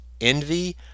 envy